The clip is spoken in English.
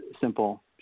simple